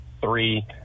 three